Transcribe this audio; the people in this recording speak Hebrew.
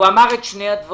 הוא אמר את זה.